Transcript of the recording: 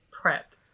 prep